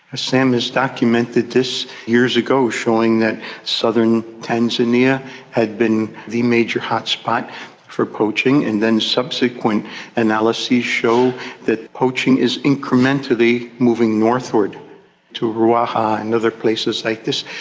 sam has documented this years ago showing that southern tanzania had been the major hotspot for poaching and then subsequent analyses show that poaching is incrementally moving northward to ruaha and other places like this,